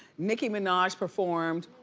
nicki minaj performed,